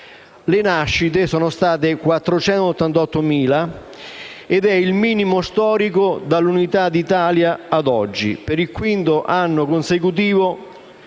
Le nascite sono state 488.000 ed è il minimo storico dall'Unità d'Italia a oggi: per il quinto anno consecutivo